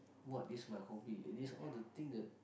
what is my hobby it's all the thing that